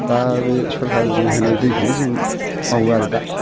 दा बे सरखारनि होनाय दैखौनो जों मावो आरो दा